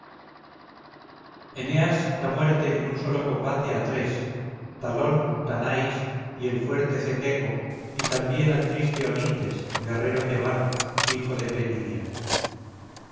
eneas da muerte en un solo combate a tres talón tanais y el fuerte cetego y también al triste onites guerrero tebano hijo de